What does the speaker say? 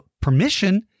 permission